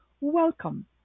Welcome